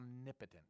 omnipotent